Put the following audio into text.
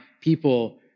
people